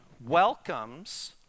welcomes